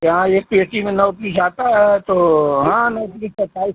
यहाँ एक पेटी में नौ पीस आता है तो हाँ नौ त्रिक सत्ताइस